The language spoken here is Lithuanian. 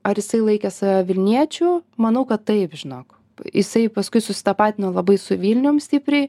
ar jisai laikė save vilniečiu manau kad taip žinok jisai paskui susitapatino labai su vilnium stipriai